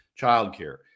childcare